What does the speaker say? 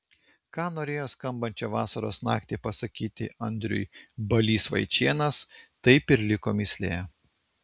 ką norėjo skambančią vasaros naktį pasakyti andriui balys vaičėnas taip ir liko mįslė